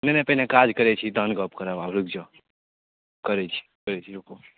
नहि नहि पहिने काज करैत छी तहन गप करब आब रुकि जाउ करै छी करैत छी रुकू